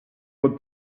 were